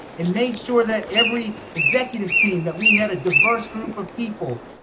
and made sure that every executive team, that we had a diverse group of people,